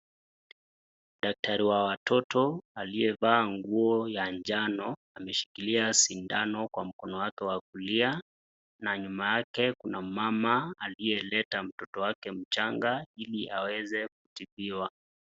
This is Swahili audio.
Daktari wa watoto aliyevaa nguo ya njano ameshikilia sindano kwenye mkono wake wa kulia, na nyuma yake kuna mama aliyeleta mtoto wake mchanga ili aweze kutibiwa.